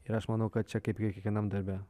ir aš manau kad čia kaip ir kiekvienam darbe